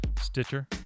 Stitcher